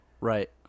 right